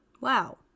Wow